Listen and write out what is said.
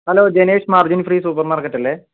hello Jinesh margin free super market അല്ലെ